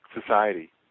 society